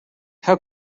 how